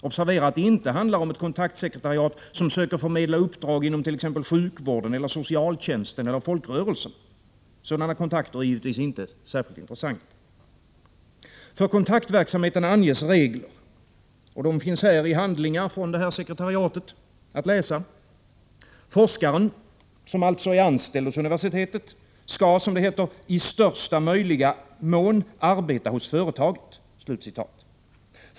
Observera att det inte handlar om ett kontaktsekretariat, som försöker förmedla uppdrag inom t.ex. sjukvården, socialtjänsten eller folkrörelserna. Sådana kontakter är givetvis inte särskilt intressanta. För kontaktverksamheten anges regler, och de finns här att läsa i handlingar från sekretariatet. Forskaren, som alltså är anställd vid universitetet, skall ”i största möjliga mån arbeta hos företaget”.